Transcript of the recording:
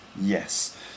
Yes